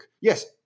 yes